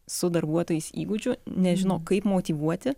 su darbuotojais įgūdžių nežino kaip motyvuoti